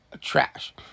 trash